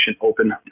open